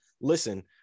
Listen